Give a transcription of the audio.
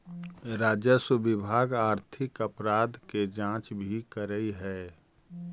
राजस्व विभाग आर्थिक अपराध के जांच भी करऽ हई